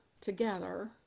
together